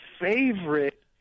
favorite